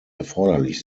erforderlich